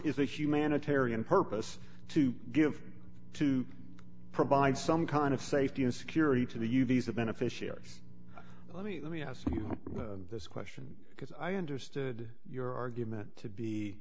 is a humanitarian purpose to give to provide some kind of safety and security to the u visa beneficiaries let me let me ask you this question because i understood your argument to be